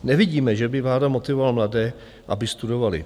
Nevidíme, že by vláda motivovala mladé, aby studovali.